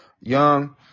Young